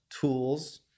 tools